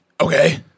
Okay